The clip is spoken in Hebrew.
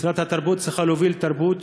שרת התרבות צריכה להוביל תרבות